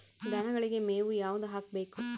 ದನಗಳಿಗೆ ಮೇವು ಯಾವುದು ಹಾಕ್ಬೇಕು?